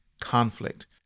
conflict